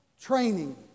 training